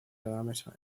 diameter